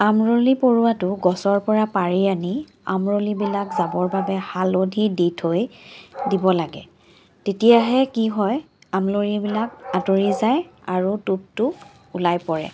আমৰলি পৰুৱাটো গছৰ পৰা পাৰি আনি আমৰলিবিলাক যাবৰ বাবে হালধি দি থৈ দিব লাগে তেতিয়াহে কি হয় আমলৰিবিলাক আঁতৰি যায় আৰু টোপটো ওলাই পৰে